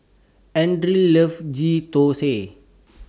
Anders loves Ghee Thosai